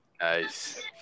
Nice